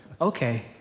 Okay